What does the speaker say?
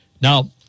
Now